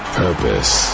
purpose